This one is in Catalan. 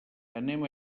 anem